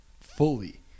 fully